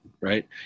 right